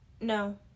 No